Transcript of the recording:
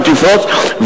אם תפרוץ,